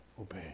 Obey